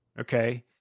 Okay